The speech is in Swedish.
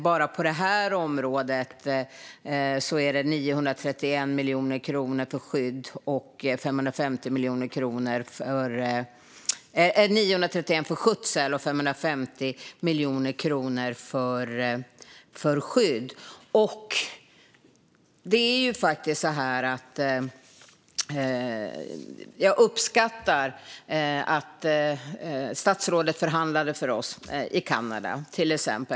Bara på det här området är det nedskärningar på 931 miljoner kronor för skötsel och 550 miljoner kronor för skydd. Jag uppskattar att statsrådet förhandlade för oss i Kanada.